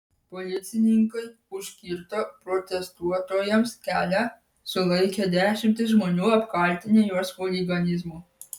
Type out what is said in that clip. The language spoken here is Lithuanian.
policininkai užkirto protestuotojams kelią sulaikė dešimtis žmonių apkaltinę juos chuliganizmu